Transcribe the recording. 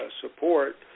support